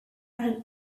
had